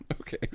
Okay